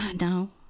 No